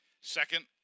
Second